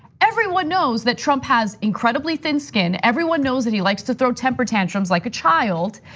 everyone knows that trump has incredibly thin skin, everyone knows that he likes to throw temper tantrums like a child.